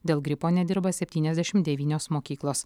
dėl gripo nedirba septyniasdešim devynios mokyklos